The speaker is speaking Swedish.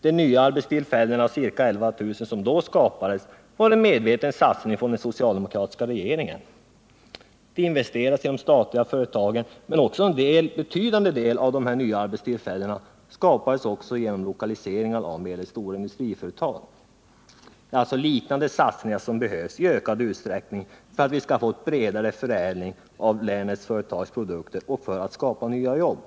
De nya arbetstillfällen, ca 11 000, som då skapades var en medveten satsning av den socialdemokratiska regeringen. Det investerades i de statliga företagen, men en betydande del av de nya arbetstillfällena skapades också genom lokaliseringar av medelstora industriföretag. Det är liknande satsningar som nu behövs i ökad utsträckning för att vi skall få en bredare förädling av länets företags produkter och för att skapa nya jobb.